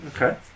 Okay